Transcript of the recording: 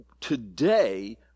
today